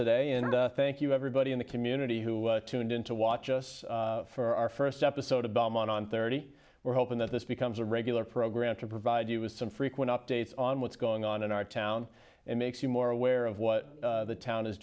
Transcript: today and thank you everybody in the community who tuned in to watch us for our first episode of belmont on thirty we're hoping that this becomes a regular program to provide you with some frequent updates on what's going on in our town and makes you more aware of what the town is